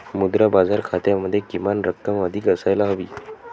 मुद्रा बाजार खात्यामध्ये किमान रक्कम अधिक असायला हवी